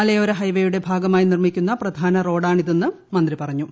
മലയോര ഹൈവേയ്ക്ക്ടെ ഭാഗമായി നിർമിക്കുന്ന പ്രധാന റോഡാണിതെന്ന് മന്ത്രി പറഞ്ഞു